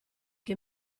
che